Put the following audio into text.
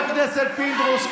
חבר הכנסת אזולאי.